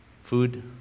food